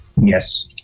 Yes